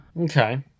Okay